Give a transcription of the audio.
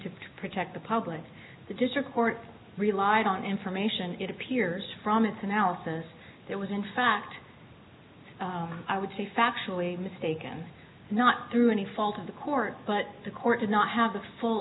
to protect the public the district court relied on information it appears from its analysis there was in fact i would say factually mistaken not through any fault of the court but the court did not have a full